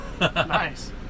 Nice